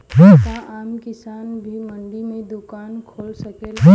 का आम किसान भी मंडी में दुकान खोल सकेला?